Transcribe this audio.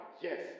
yes